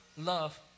love